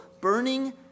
burning